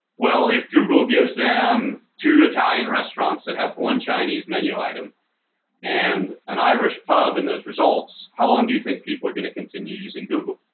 well if google gives um two italian restaurants that have one chinese menu item and an irish pub in those results, how long do you think people are going to continue using google?